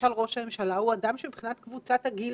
למשל ראש הממשלה הוא אדם שמבחינת קבוצת הגיל